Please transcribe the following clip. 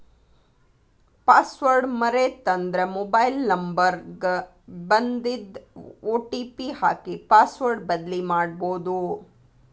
password ಮರೇತಂದ್ರ mobile number ಗ ಬನ್ದಿದ್ ಒ.ಟಿ.ಪಿ ಹಾಕಿ ಪಾಸ್ವರ್ಡ್ ಬದ್ಲಿಮಾಡ್ಬೊದು